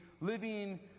living